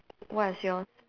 what is yours